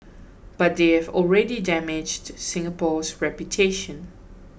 but they have already damaged Singapore's reputation